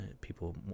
people